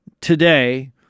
today